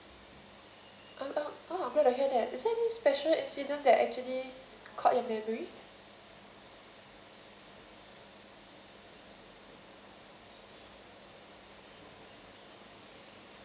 ah uh orh great to hear that is there any special incident that actually caught your memory